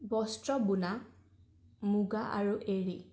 বস্ত্ৰ বুনা মুগা আৰু এৰী